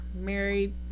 married